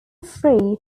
free